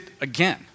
again